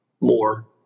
more